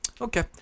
Okay